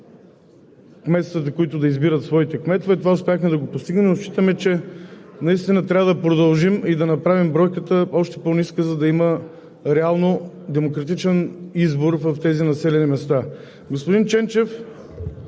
кметове. Това успяхме да постигнем, но считаме, че наистина трябва да продължим и да направим бройката още по-ниска, за да има реално демократичен избор в тези населени места. Господин Ченчев,